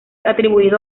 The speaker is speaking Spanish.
atribuido